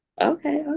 Okay